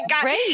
great